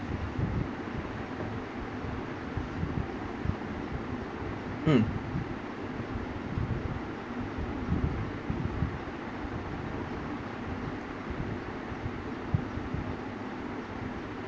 mm